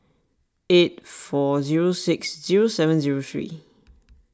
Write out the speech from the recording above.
eight four zero six zero seven zero three